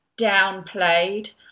downplayed